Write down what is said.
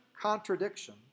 contradiction